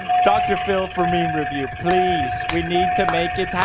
dr. phil for meme review, please. we need to make it